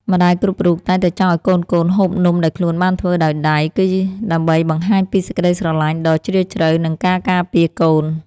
ម្ដាយគ្រប់រូបតែងតែចង់ឱ្យកូនៗហូបនំដែលខ្លួនបានធ្វើដោយដៃ គឺ ដើម្បីបង្ហាញពីសេចក្ដីស្រឡាញ់ដ៏ជ្រាលជ្រៅនិងការការពារកូន។